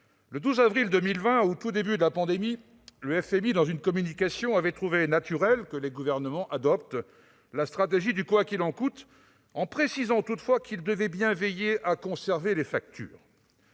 du 12 avril 2020, au tout début de la pandémie, le Fonds monétaire international (FMI) avait trouvé naturel que les gouvernements adoptent la stratégie du « quoi qu'il en coûte », en précisant toutefois qu'ils devaient bien veiller à conserver les factures.